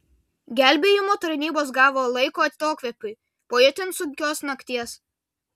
gelbėjimo tarnybos gavo laiko atokvėpiui po itin sunkios nakties